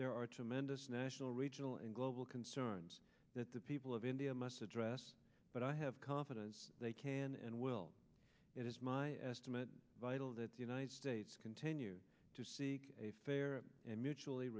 there are tremendous national regional and global concerns that the people of india must address but i have confidence they can and will it is my estimate vital that the united states continue to seek a fair and mutually